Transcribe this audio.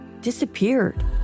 disappeared